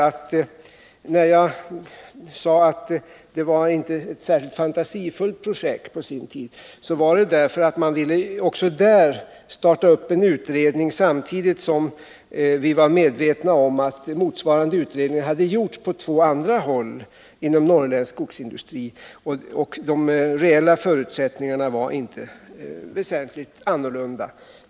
Att jag sade att det inte var ett särskilt fantasifullt projekt på sin tid berodde på att man också i det fallet ville starta en utredning, samtidigt som vi var medvetna om att motsvarande utredning hade gjorts på två andra håll inom norrländsk skogsindustri. De reella förutsättningarna var inte väsentligt annorlunda.